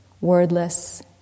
wordless